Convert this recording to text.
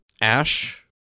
ash